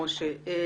תודה, משה מזרחי.